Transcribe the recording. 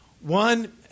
One